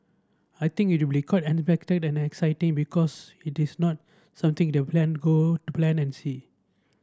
I think it will be quite unexpected and exciting because it is not something they plan go to plan and see